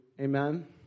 Amen